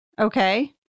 Okay